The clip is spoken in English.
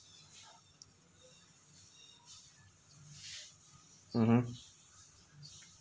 mmhmm